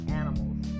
animals